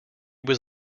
was